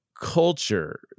culture